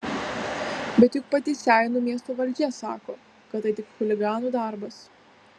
bet juk pati seinų miesto valdžia sako kad tai tik chuliganų darbas